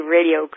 Radio